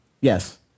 yes